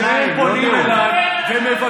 קריאות ביניים, היושב-ראש.